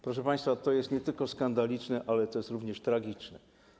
Proszę państwa, to jest nie tylko skandaliczne, ale również tragiczne.